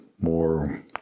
more